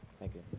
thank you.